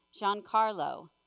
Giancarlo